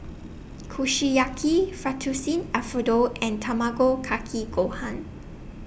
Kushiyaki Fettuccine Alfredo and Tamago Kake Gohan